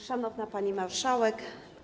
Szanowna Pani Marszałek!